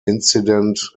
incident